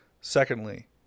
Secondly